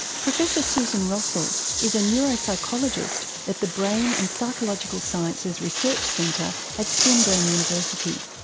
professor susan rossell is a neuropsychologist at the brain and psychological sciences research centre at swinburne university.